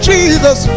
Jesus